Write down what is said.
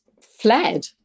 fled